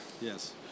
Yes